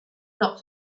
not